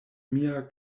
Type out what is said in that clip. mia